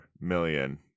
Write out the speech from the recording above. million